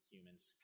Humans